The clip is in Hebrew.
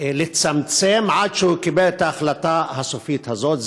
לצמצם, עד שהוא קיבל את ההחלטה הסופית הזאת.